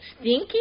stinky